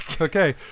Okay